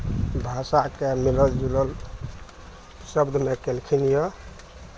भाषाके मिलल जुलल शब्दमे केलखिन यऽ